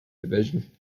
division